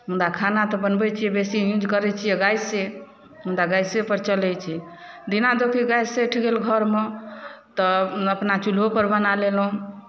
मुदा खाना तऽ बनबै छियै बेसी यूज करै छियै गैसे मुदा गैसेपर चलै छै दिना दोषी गैस सधि गेल घरमे तऽ अपना चुल्होपर बना लेलहुँ